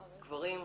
גברים,